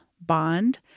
Bond